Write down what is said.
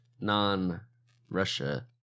non-Russia